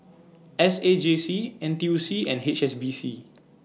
S A J C N T U C and H S B C